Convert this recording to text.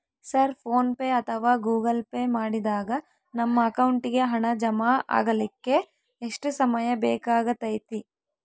Sir PhonePe ಅಥವಾ Google pay ಮಾಡಿದಾಗ ನಮ್ಮ ಅಕೌಂಟಿಗೆ ಹಣ ಜಮಾ ಆಗಲಿಕ್ಕೆ ಎಷ್ಟು ಸಮಯ ಬೇಕಾಗತೈತಿ?